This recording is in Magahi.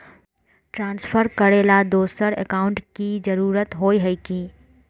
ट्रांसफर करेला दोसर अकाउंट की जरुरत होय है की?